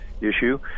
issue